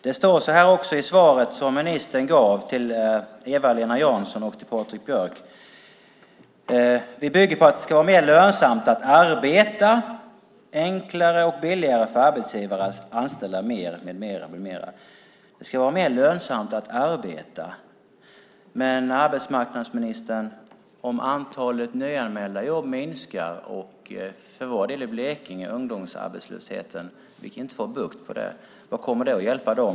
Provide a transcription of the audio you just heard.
Det står så här i det svar som ministern gav till Eva-Lena Jansson och Patrik Björck: Vår politik bygger på att det ska vara mer lönsamt att arbeta, enklare och billigare för arbetsgivare att anställa med mera. Det ska vara mer lönsamt att arbeta. Men, arbetsmarknadsministern, om antalet nyanmälda jobb minskar och vi för vår del i Blekinge inte får bukt med ungdomsarbetslösheten undrar jag: Hur kommer ett sådant svar att hjälpa dem?